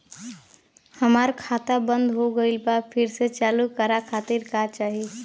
हमार खाता बंद हो गइल बा फिर से चालू करा खातिर का चाही?